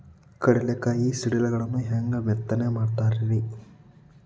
ಕಡಲೆಕಾಯಿ ಸಿಗಡಿಗಳನ್ನು ಹ್ಯಾಂಗ ಮೆತ್ತನೆ ಮಾಡ್ತಾರ ರೇ?